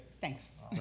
Thanks